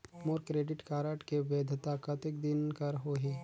मोर credit card के वैधता कतेक दिन कर होही?